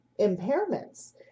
impairments